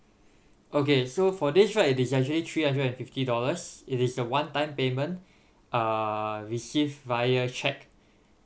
okay so for this right it is actually three hundred and fifty dollars it is a one time payment uh receive via cheque